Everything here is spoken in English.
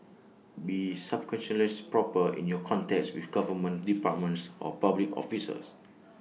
be scrupulously proper in your contacts with government departments or public officers